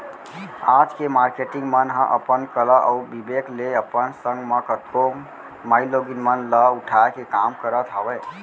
आज के मारकेटिंग मन ह अपन कला अउ बिबेक ले अपन संग म कतको माईलोगिन मन ल उठाय के काम करत हावय